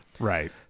Right